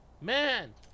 man